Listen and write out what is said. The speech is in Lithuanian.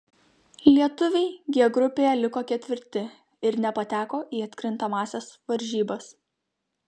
lietuviai g grupėje liko ketvirti ir nepateko į atkrintamąsias varžybas